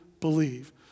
believe